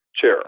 chair